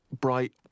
bright